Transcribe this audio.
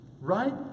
Right